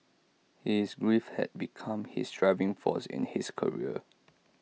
his grief had become his driving force in his career